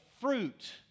fruit